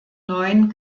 neun